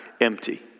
empty